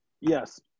yes